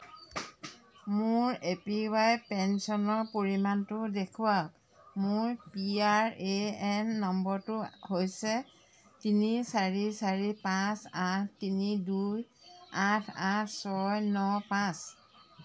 মোৰ A P Y পেঞ্চনৰ পৰিমাণটো দেখুৱাওক মোৰ পি আৰ এ এন নম্বৰটো হৈছে তিনি চাৰি চাৰি পাঁচ আঠ তিনি দুই আঠ আঠ ছয় ন পাঁচ